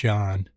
John